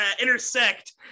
intersect